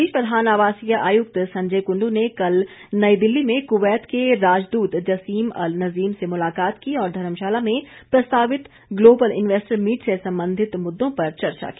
इस बीच प्रधान आवासीय आयुक्त संजय कुंडू ने कल नई दिल्ली में कुवैत के राजदूत जसीम अल नजीम से मुलाकात की और धर्मशाला में प्रस्तावित ग्लोबल इन्वेस्टर मीट से संबंधित मुददों पर चर्चा की